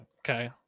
Okay